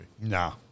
No